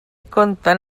conten